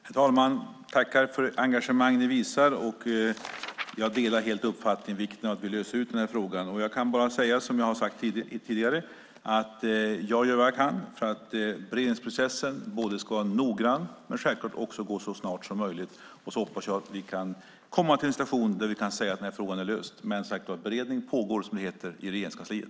Herr talman! Jag tackar för det engagemang som ni visar. Jag delar helt uppfattningen om vikten av att vi löser den här frågan. Jag kan bara säga som jag har sagt tidigare, att jag gör vad jag kan för att beredningsprocessen ska vara noggrann men självklart också att den ska vara färdig så snart som möjligt. Jag hoppas att vi kan komma till en situation där vi kan säga att den här frågan är löst. Men, som sagt, beredning pågår, som det heter, i Regeringskansliet.